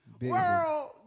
World